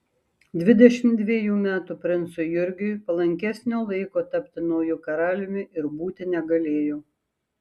dvidešimt dvejų metų princui jurgiui palankesnio laiko tapti nauju karaliumi ir būti negalėjo